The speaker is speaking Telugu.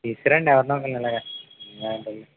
తీసుకురండి ఎవరినో ఒకళ్ళని ఇలాగ